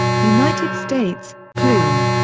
united states plume.